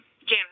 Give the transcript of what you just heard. Janice